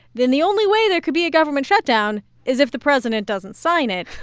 then the only way there could be a government shutdown is if the president doesn't sign it.